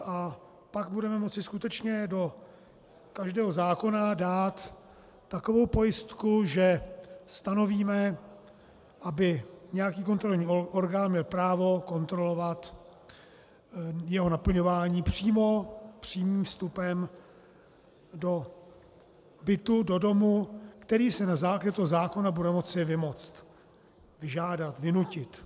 A pak budeme moci skutečně do každého zákona dát takovou pojistku, že stanovíme, aby nějaký kontrolní orgán měl právo kontrolovat jeho naplňování přímo přímým vstupem do bytu, do domu, který si na základě tohoto zákona bude moci vymoct, vyžádat, vynutit.